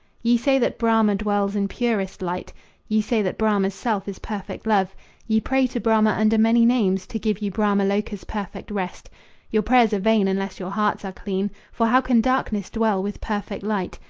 ye say that brahma dwells in purest light ye say that brahma's self is perfect love ye pray to brahma under many names to give you brahma loca's perfect rest your prayers are vain unless your hearts are clean. for how can darkness dwell with perfect light?